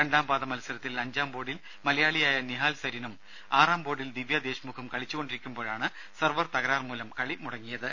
രണ്ടാം പാദ മത്സരത്തിൽ അഞ്ചാം ബോർഡിൽ മലയാളിയായ നിഹാൽ സരിനും ആറാം ബോർഡിൽ ദിവ്യ ദേഷ്മുഖും കളിച്ചു കൊണ്ടിരിക്കുമ്പോഴാണ് സെർവർ തകരാറ് മൂലം കളി മുടങ്ങിയത്